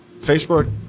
facebook